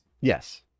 Yes